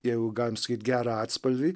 jeigu galime sakyti gerą atspalvį